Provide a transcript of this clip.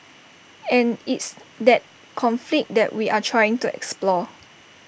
and it's that conflict that we are trying to explore